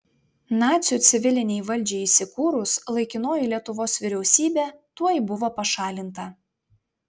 nacių civilinei valdžiai įsikūrus laikinoji lietuvos vyriausybė tuoj buvo pašalinta